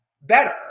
better